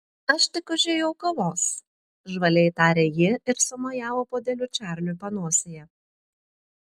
aš tik užėjau kavos žvaliai tarė ji ir sumojavo puodeliu čarliui panosėje